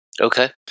Okay